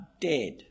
dead